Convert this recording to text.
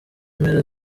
mpera